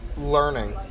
learning